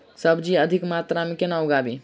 सब्जी अधिक मात्रा मे केना उगाबी?